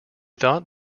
thought